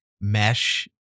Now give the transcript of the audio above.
mesh